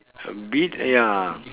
so be it ya